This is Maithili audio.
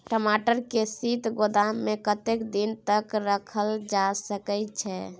टमाटर के शीत गोदाम में कतेक दिन तक रखल जा सकय छैय?